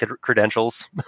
credentials